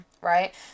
right